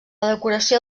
decoració